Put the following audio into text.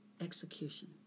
execution